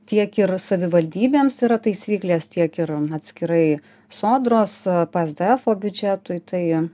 tiek ir savivaldybėms yra taisyklės tiek ir atskirai sodros psdfo biudžetui tai